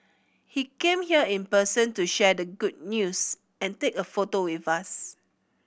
he came here in person to share the good news and take a photo with us